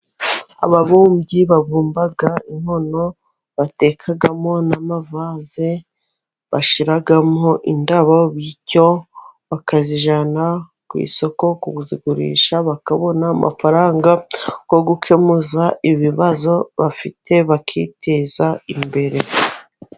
Ababumbyi babumba inkono batekagamo, n'amavaze bashyiramo indabo. Bityo bakaziyjana ku isoko kuzigurisha bakabona amafaranga yo gukemuza ibibazo bafite bakiteza imbere.